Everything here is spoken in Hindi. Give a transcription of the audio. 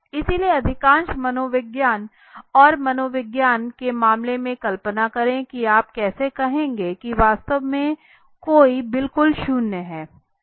इसलिए अधिकांश मनोविज्ञान और मनोविज्ञान के मामले में कल्पना करें कि आप कैसे कहेंगे कि वास्तव में कोई बिल्कुल शून्य है